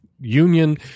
Union